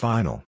Final